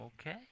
Okay